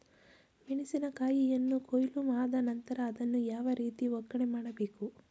ಮೆಣಸಿನ ಕಾಯಿಯನ್ನು ಕೊಯ್ಲು ಆದ ನಂತರ ಅದನ್ನು ಯಾವ ರೀತಿ ಒಕ್ಕಣೆ ಮಾಡಬೇಕು?